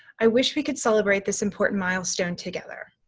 i wish we could celebrate this important milestone together.